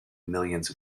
millions